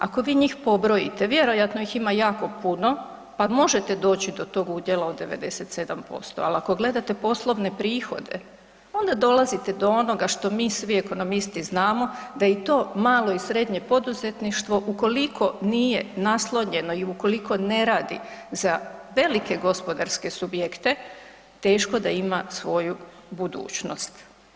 Ako vi njih pobrojite vjerojatno ih ima jaku puno pa možete doći do tog udjela od 97% ali ako gledate poslovne prihode onda dolazite do onoga što mi svi ekonomisti znamo da i to malo i srednje poduzetništvo ukoliko nije naslonjeno i ukoliko ne radi za velike gospodarske subjekte teško da ima svoju budućnost.